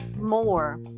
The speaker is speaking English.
more